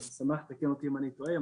סמאח תתקן אותי אם אני טועה,